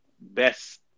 best